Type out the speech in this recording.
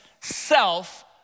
self